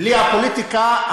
בלי הפוליטיקה.